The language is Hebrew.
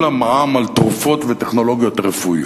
המע"מ על תרופות וטכנולוגיות רפואיות.